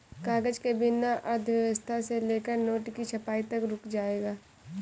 कागज के बिना अर्थव्यवस्था से लेकर नोट की छपाई तक रुक जाएगा